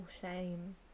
shame